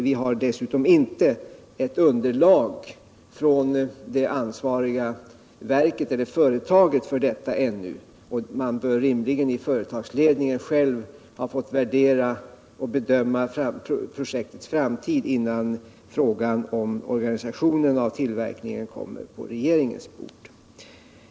Vi har dessutom inte underlag för detta ännu från det ansvariga företaget, och man bör rimligen inom företagsledningen få värdera och bedöma projektets framtid, innan frågan om organisationen av tillverkningen kommer på regeringens bord.